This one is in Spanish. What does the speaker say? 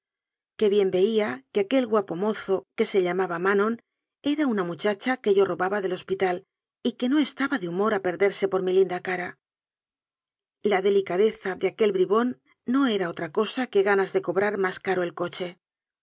que bien veía que aquel guapo mozo que se llamaba manon era una muchacha que yo ro baba del hospital y que no estaba de humor de perderse por mi linda cara la delicadeza de aquel bribón no era otra cosa que ganas de cobrar más caro el coche